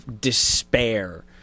despair